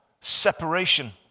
separation